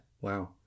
Wow